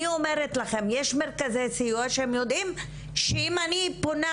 יש מרכזי סיוע שיודעים שאם אני פונה